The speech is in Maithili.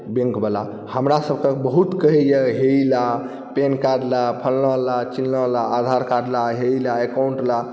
बैंकवला हमरासबके बहुत कहैए हे ई ला पैन कार्ड ला फलाँ ला चिल्लाँ ला आधारकार्ड ला हे ई ला एकाउन्ट ला